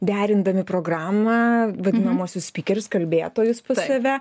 derindami programą vadinamuosius spykerius kalbėtojus pas tave